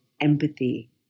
empathy